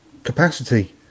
capacity